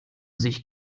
sich